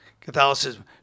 Catholicism